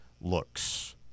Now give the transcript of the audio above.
looks